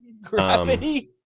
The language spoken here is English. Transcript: Gravity